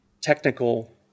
technical